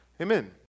Amen